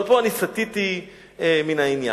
אבל פה אני סטיתי מן העניין.